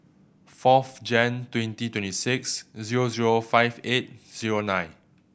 fourth Jan twenty twenty six zero zero five eight zero nine